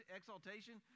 exaltation